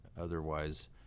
otherwise